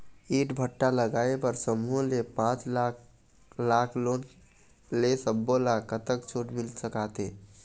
ईंट भट्ठा लगाए बर समूह ले पांच लाख लाख़ लोन ले सब्बो ता कतक छूट मिल सका थे?